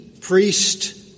priest